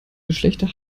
geschlechter